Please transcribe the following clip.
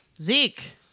Zeke